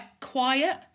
quiet